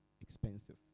expensive